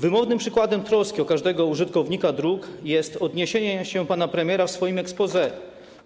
Wymownym przykładem troski o każdego użytkownika dróg jest odniesienie się pana premiera w swoim exposé